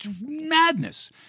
madness